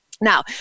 Now